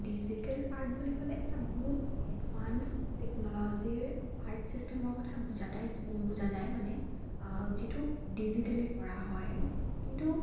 digital art বুলি ক'লে এটা বহুত এডভান্স টেকন'লজিৰ আৰ্ট ছিষ্টেমৰ কথা বুজা টাই বুজা যায় মানে যিটো ডিজিটেলি কৰা হয় কিন্তু